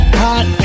hot